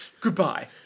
Goodbye